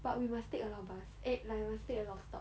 but we must take a lot of bus eh must take a lot of stop